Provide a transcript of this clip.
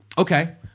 Okay